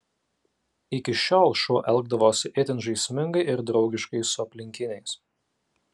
iki šiol šuo elgdavosi itin žaismingai ir draugiškai su aplinkiniais